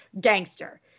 gangster